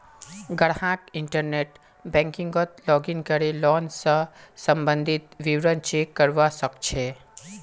ग्राहक इंटरनेट बैंकिंगत लॉगिन करे लोन स सम्बंधित विवरण चेक करवा सके छै